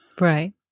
right